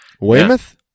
Weymouth